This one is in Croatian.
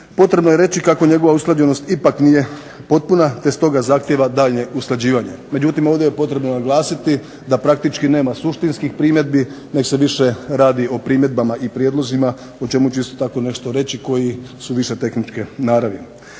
Potrebno je reći kako njegova usklađenost ipak nije potpuna te stoga zahtijeva daljnje usklađivanje, međutim ovdje je potrebno naglasiti da praktički nema suštinski primjedbi nego se više radi o primjedbama i prijedlozima o čemu ću isto tako nešto reći, koji su više tehničke naravi.